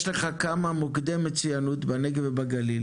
יש לך כמה מוקדי מצוינות בנגב ובגליל